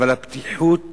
אבל הבטיחות